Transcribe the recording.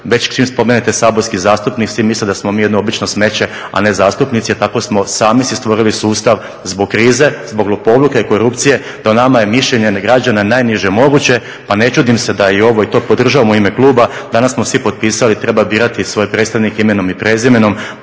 već čim spomenete saborski zastupnik svi misle da smo mi jedno obično smeće a ne zastupnici. A tako smo sami si stvorili sustav zbog krize, zbog lopovluka i korupcije, da o nama je mišljenje građana najniže moguće. Pa ne čudim se da i ovo i to podržavam u ime kluba. Danas smo svi potpisali treba birati svoje predstavnike imenom i prezimenom.